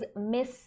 miss